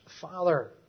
father